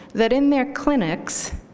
that in their clinics,